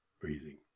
breathing